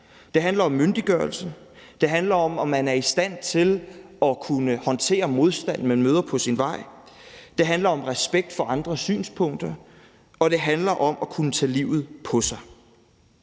Det handler om myndiggørelse. Det handler om, om man er i stand til at håndtere modstand, man møder på sin vej. Det handler om respekt for andres synspunkter. Det handler om at kunne tage livet på sig.